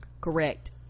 correct